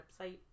website